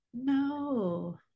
No